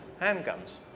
handguns